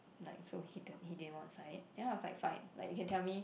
like so hidden he didn't want to sign it ya is like fine you can tell me